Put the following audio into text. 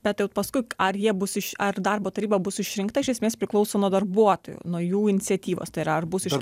bet jau paskui ar jie bus iš ar darbo taryba bus išrinkta iš esmės priklauso nuo darbuotojų nuo jų iniciatyvos tai yra ar bus iš